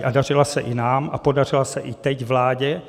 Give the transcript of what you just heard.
A dařila se i nám a podařila se i teď vládě.